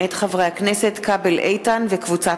מאת חברי הכנסת איתן כבל,